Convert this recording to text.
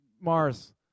Mars